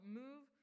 move